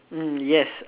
mm yes